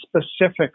specific